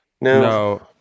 No